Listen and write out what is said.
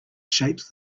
shapes